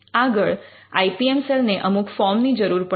આગળ I P M cell ને અમુક ફોર્મ ની જરૂર પડશે